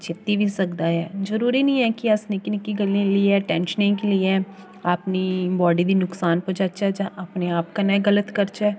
जित्ती बी सकदा ऐ जरूरी निं ऐ कि अस नि'क्की नि'क्की गल्लें ई लेइयै टेंशन लेइयै अपनी बॉडी दी नुकसान पजाचै जां अपने आप कन्नै गलत करचै